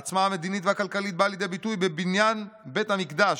העוצמה המדינית והכלכלית באה לידי ביטוי בבניין בית המקדש,